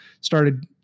started